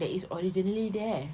that is originally there